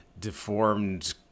deformed